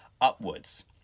upwards